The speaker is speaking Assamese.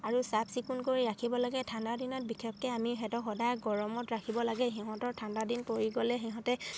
আৰু চাফ চিকুণ কৰি ৰাখিব লাগে ঠাণ্ডা দিনত বিশেষকে আমি সিহঁতক সদায় গৰমত ৰাখিব লাগে সিহঁতৰ ঠাণ্ডা দিন পৰি গ'লে সিহঁতে